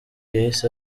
yahise